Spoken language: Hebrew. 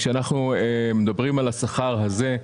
כשאנחנו מדברים על השכר הזה,